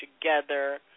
together